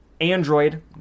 Android